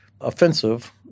offensive